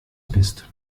bist